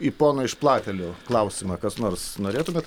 į pono iš platelių klausimą kas nors norėtumėt